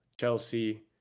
Chelsea